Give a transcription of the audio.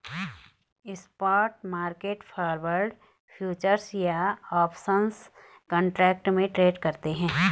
spot market forward, futures या options contract में trade करते हैं